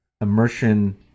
immersion